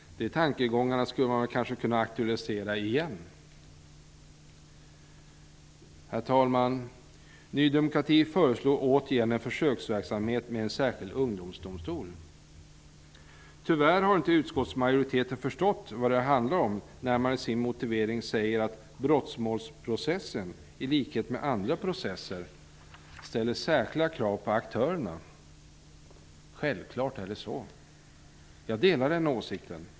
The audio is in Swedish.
De tankegångarna skulle man kanske kunna aktualisera igen. Herr talman! Ny demokrati föreslår återigen en försöksverksamhet med en särskild ungdomsdomstol. Tyvärr har utskottsmajoriteten inte förstått vad det handlar om, när man i sin motivering säger att brottmålsprocessen, i likhet med andra processer, ställer särskilda krav på aktörerna. Självklart är det så -- jag delar den åsikten.